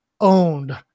owned